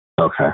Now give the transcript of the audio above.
Okay